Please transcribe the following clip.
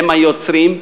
הם היוצרים,